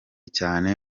cyane